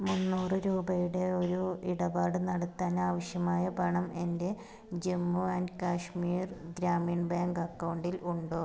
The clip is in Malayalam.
മുന്നൂറ് രൂപയുടെ ഒരു ഇടപാട് നടത്താൻ ആവശ്യമായ പണം എൻ്റെ ജമ്മു ആൻഡ് കശ്മീർ ഗ്രാമീൺ ബാങ്ക് അക്കൗണ്ടിൽ ഉണ്ടോ